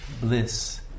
bliss